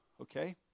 okay